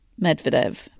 Medvedev